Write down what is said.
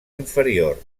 inferior